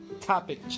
Topic